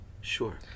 Sure